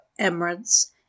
Emirates